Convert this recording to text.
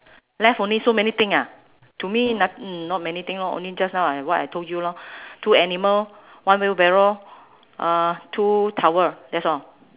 left only so many thing ah to me not~ not many things lor only just now I what I told you lor two animal one wheelbarrow uh two towel that's all